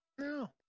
No